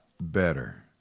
better